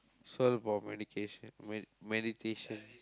is all about meditation~ me~ meditation